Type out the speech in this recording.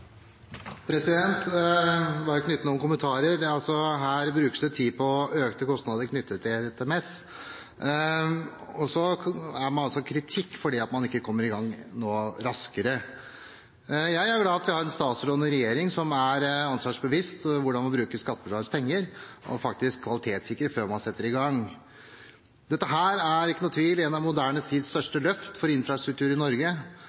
det kritikk fordi man ikke kommer i gang raskere. Jeg er glad for at vi har en statsråd og en regjering som er seg sitt ansvar bevisst når det kommer til hvordan man bruker skattebetalernes penger og faktisk kvalitetssikrer før man setter i gang. Det er ikke noen tvil: Dette er et av vår moderne tids største løft for infrastruktur i Norge,